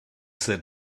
said